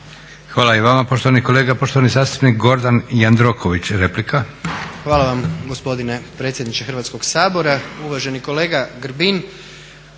Hvala i vama poštovani kolega. Poštovani zastupnik Gordan Jandroković, replika. **Jandroković, Gordan (HDZ)** Hvala vam gospodine predsjedniče Hrvatskog sabora, uvaženi kolega Grbin.